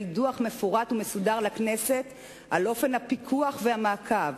דוח מפורט ומסודר על אופן הפיקוח והמעקב,